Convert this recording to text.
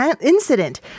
incident